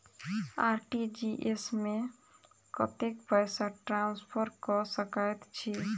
RTGS मे कतेक पैसा ट्रान्सफर कऽ सकैत छी?